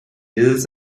results